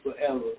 forever